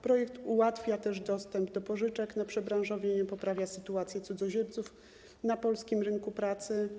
Projekt ułatwia dostęp do pożyczek na przebranżowienie, poprawia sytuację cudzoziemców na polskim rynku pracy.